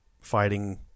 fighting